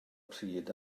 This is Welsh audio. pryd